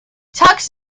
tux